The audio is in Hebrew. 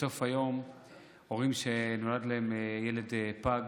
בסוף היום הורים שנולד להם ילד פג